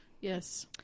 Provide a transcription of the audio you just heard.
Yes